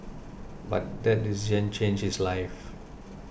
but that decision changed his life